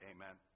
Amen